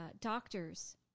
doctors